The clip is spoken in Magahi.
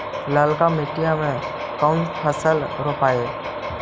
ललका मटीया मे कोन फलबा रोपयतय?